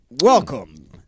Welcome